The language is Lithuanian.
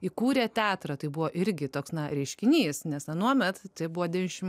įkūrė teatrą tai buvo irgi toks na reiškinys nes anuomet tai buvo dvidešimt